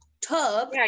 tub